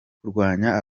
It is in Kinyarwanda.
kurwanya